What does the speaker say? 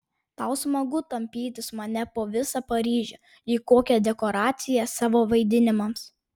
tau smagu tampytis mane po visą paryžių lyg kokią dekoraciją savo vaidinimams